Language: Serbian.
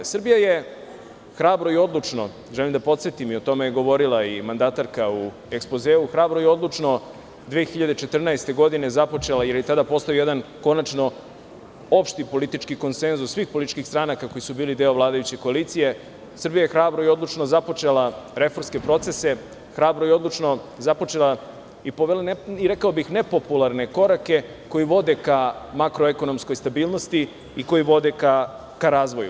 Srbija je hrabro i odlučno, želim da podsetim i o tome je govorila i mandatarka u ekspozeu, hrabro i odlučno 2014. godine započela, jer je tada postojao jedan konačno opšti politički konsenzus svih političkih stranaka koji su bili deo vladajuće koalicije, Srbija je hrabro i odlučno započela reformske procese, hrabro i odlučno započela i povela, rekao bih, nepopularne korake koji vode ka makro-ekonomskoj stabilnosti i koji vode ka razvoju.